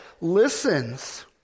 listens